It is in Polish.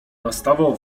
nastawał